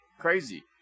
Crazy